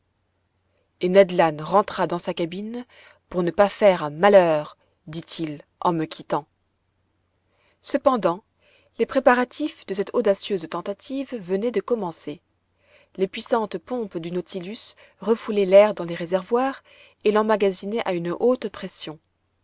et ned land rentra dans sa cabine pour ne pas faire un malheur dit-il en me quittant cependant les préparatifs de cette audacieuse tentative venaient de commencer les puissantes pompes du nautilus refoulaient l'air dans les réservoirs et l'emmagasinaient à une haute pression